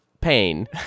pain